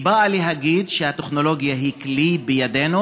היא באה להגיד שהטכנולוגיה היא כלי בידינו,